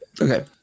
Okay